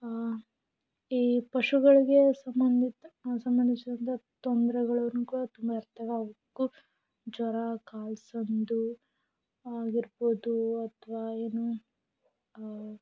ಈ ಪಶುಗಳಿಗೆ ಸಂಬಂಧಿತ ಸಂಬಂಧಿಸಿದಂಥ ತೊಂದರೆಗಳನ್ನು ಕೂಡ ತುಂಬ ಜ್ವರ ಕಾಲುಸಂದು ಆಗಿರ್ಬೋದು ಅಥವಾ ಏನು